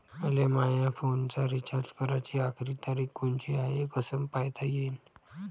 मले माया फोनचा रिचार्ज कराची आखरी तारीख कोनची हाय, हे कस पायता येईन?